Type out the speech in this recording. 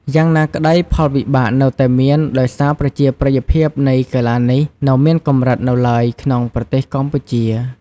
យ៉ាងណាក្ដីផលវិបាកនៅតែមាន ដោយសារប្រជាប្រិយភាពនៃកីឡានេះនៅមានកម្រិតនៅឡើយក្នុងប្រទេសកម្ពុជា។